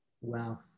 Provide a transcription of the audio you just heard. wow